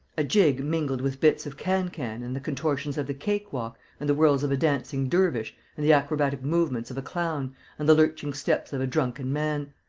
a jig mingled with bits of can-can and the contortions of the cakewalk and the whirls of a dancing dervish and the acrobatic movements of a clown and the lurching steps of a drunken man.